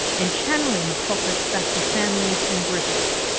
and channelling the profits back to families in griffith.